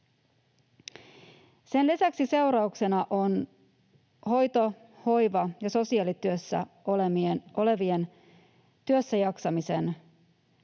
Sen lisäksi seurauksena on hoito‑, hoiva- ja sosiaalityössä olevien työssäjaksamisen menetys.